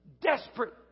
desperate